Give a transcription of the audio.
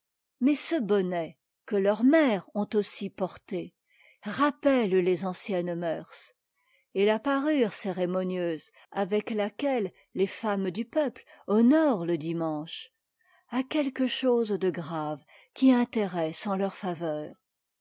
mais ce bonnet que leurs mères ont aussi porté rappelle les anciennes mœurs et la parure cérémonieuse avec laquelle les femmes du peuple honorent le dimanche a quelque chose de grave qui intéresse en leur faveur